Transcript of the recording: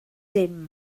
dim